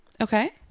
Okay